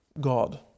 God